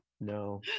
No